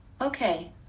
Okay